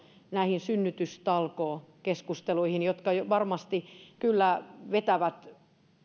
näihin synnytystalkookeskusteluihin jotka varmasti kyllä vetävät